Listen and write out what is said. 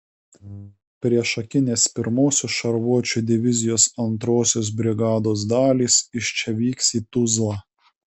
priešakinės pirmosios šarvuočių divizijos antrosios brigados dalys iš čia vyks į tuzlą